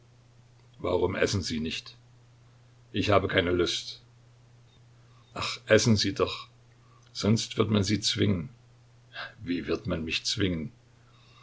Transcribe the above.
warum essen sie nicht ich habe keine lust ach essen sie doch sonst wird man sie zwingen wie wird man mich zwingen